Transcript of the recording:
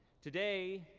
today,